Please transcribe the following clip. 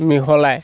মিহলাই